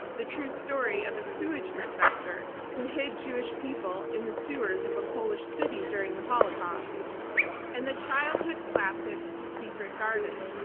the true story of a sewage inspector who hid jewish people in the sewers of a polish city during the holocaust and the childhood classic the secret garden.